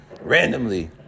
randomly